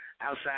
outside